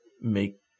make